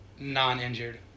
non-injured